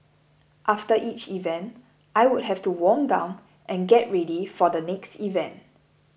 after each event I would have to warm down and get ready for the next event